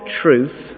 truth